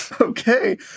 Okay